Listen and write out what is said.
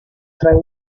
tre